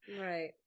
Right